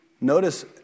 Notice